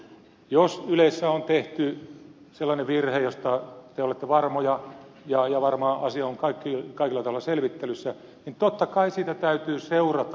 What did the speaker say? jos ylessä on tehty sellainen virhe josta te olette varmoja ja varmaan asia on kaikella tavalla selvittelyssä niin totta kai siitä täytyy seurata jotakin